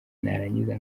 narangiza